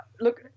Look